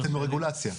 רגולציה.